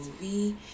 movie